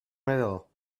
metal